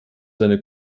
seine